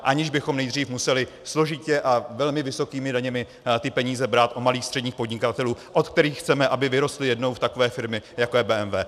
Aniž bychom nejdřív museli složitě a velmi vysokými daněmi ty peníze brát u malých a středních podnikatelů, od kterých chceme, aby vyrostli jednou v takové firmy, jako je BMW.